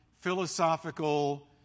philosophical